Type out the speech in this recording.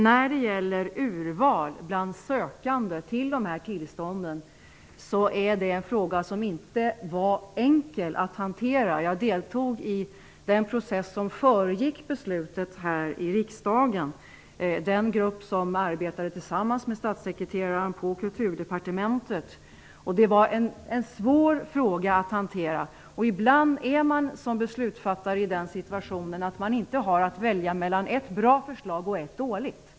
Hur urval skall göras bland sökande till dessa tillstånd är en fråga som inte var enkel att hantera. Jag deltog i den process som föregick beslutet här i riksdagen, i den grupp som arbetade tillsammans med statssekreteraren på Kulturdepartementet. Det var en svår fråga att hantera. Ibland är man som beslutsfattare i den situationen att man inte har att välja mellan ett bra förslag och ett dåligt.